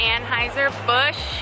Anheuser-Busch